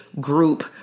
group